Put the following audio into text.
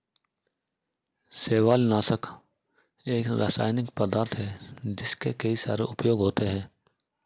शैवालनाशक एक रासायनिक पदार्थ है जिसके कई सारे उपयोग होते हैं